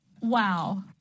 wow